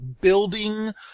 building